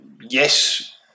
yes